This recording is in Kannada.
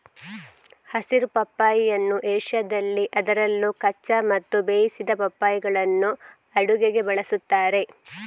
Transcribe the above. ಹಸಿರು ಪಪ್ಪಾಯಿಯನ್ನು ಏಷ್ಯಾದಲ್ಲಿ ಅದರಲ್ಲೂ ಕಚ್ಚಾ ಮತ್ತು ಬೇಯಿಸಿದ ಪಪ್ಪಾಯಿಗಳನ್ನು ಅಡುಗೆಗೆ ಬಳಸುತ್ತಾರೆ